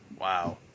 Wow